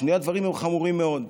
שני הדברים הם חמורים מאוד,